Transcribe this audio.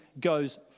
goes